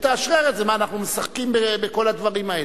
שתאשרר את זה, מה אנחנו משחקים בכל הדברים האלה?